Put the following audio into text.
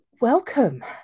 Welcome